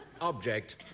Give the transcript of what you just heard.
object